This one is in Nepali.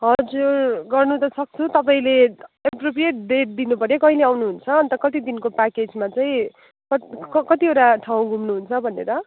हजुर गर्नु त सक्छु तपाईँले एप्रोप्रियट डेट दिनुपऱ्यो कहिले आउनुहुन्छ अन्त कति दिनको प्याकेजमा चाहिँ कति कतिवटा ठाउँ घुम्नुहुन्छ भनेर